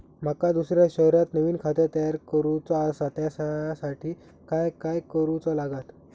माका दुसऱ्या शहरात नवीन खाता तयार करूचा असा त्याच्यासाठी काय काय करू चा लागात?